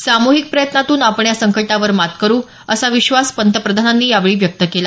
सामुहिक प्रयत्नातून आपण या संकटावर मात करू असा विश्वास पंतप्रधानांनी यावेळी व्यक्त केला